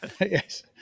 yes